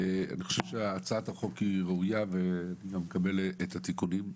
הצעת החוק ראויה, ואני מקבל את התיקונים.